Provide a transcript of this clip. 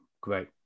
great